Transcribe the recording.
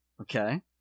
Okay